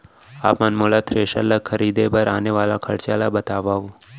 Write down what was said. आप मन मोला थ्रेसर ल खरीदे बर आने वाला खरचा ल बतावव?